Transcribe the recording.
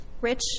Rich